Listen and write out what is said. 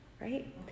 right